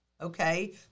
okay